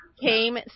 came